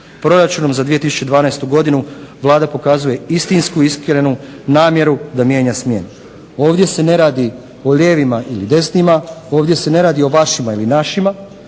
Proračunom za 2012. godinu Vlada pokazuje istinsku, iskrenu namjeru da mijenja smjer. Ovdje se ne radi o lijevima ili desnima, ovdje se ne radi o vašima ili našima.